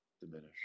diminish